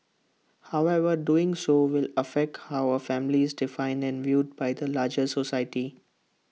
however doing so will affect how A family is defined and viewed by the larger society